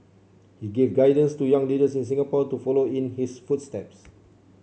he gave guidance to young leaders in Singapore to follow in his footsteps